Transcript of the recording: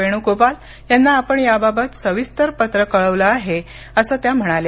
वेणूगोपाल यांना आपण याबाबत सविस्तर पत्र कळवलं आहे असं त्या म्हणाल्या